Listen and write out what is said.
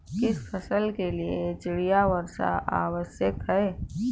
किस फसल के लिए चिड़िया वर्षा आवश्यक है?